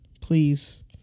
please